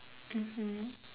mmhmm